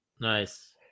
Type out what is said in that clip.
Nice